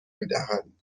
میدهند